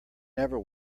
never